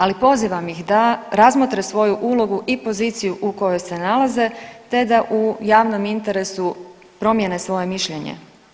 Ali pozivam ih da razmotre svoju ulogu i poziciju u kojoj se nalaze te da u javnom interesu promijene svoje mišljenje.